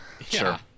Sure